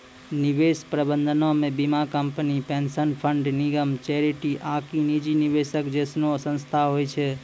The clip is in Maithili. निवेश प्रबंधनो मे बीमा कंपनी, पेंशन फंड, निगम, चैरिटी आकि निजी निवेशक जैसनो संस्थान होय छै